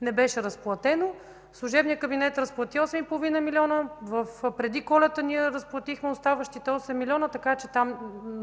не беше разплатено. Служебният кабинет разплати 8 милиона и половина. Преди Коледа ние разплатихме оставащите 8 милиона, така че там